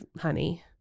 honey